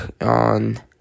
on